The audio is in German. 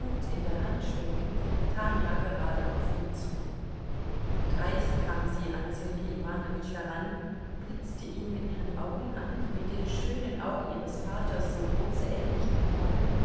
in der hand schwenkend tanja gerade auf ihn zu dreist kam sie an sergei iwanowitsch heran blitzte ihn mit ihren augen an die mit den schönen augen ihres vaters so große ähnlichkeit hatten